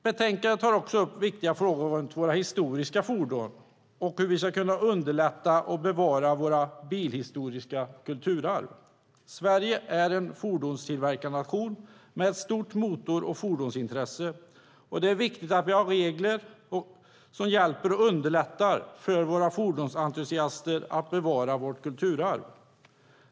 Betänkandet tar också upp viktiga frågor om våra historiska fordon och hur vi ska underlätta ett bevarande av vårt bilhistoriska kulturarv. Sverige är en fordonstillverkande nation med ett stort motor och fordonsintresse. Det är viktigt att det finns regler som hjälper och underlättar för våra fordonsentusiaster att bevara vårt kulturarv.